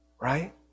Right